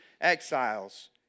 exiles